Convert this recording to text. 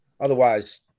Otherwise